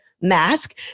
mask